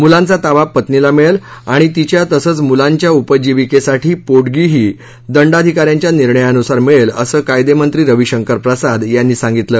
मुलांचा ताबा पत्नीला मिळेल आणि तिच्या तसंच मुलांच्या उपजीविकेसाठी पो जीही दंडाधिका यांच्या निर्णयानुसार मिळेल असं कायदेमंत्री रविशंकर प्रसाद यांनी सांगितलं